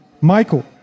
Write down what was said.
Michael